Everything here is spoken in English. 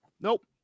Nope